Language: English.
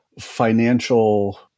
financial